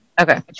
okay